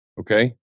Okay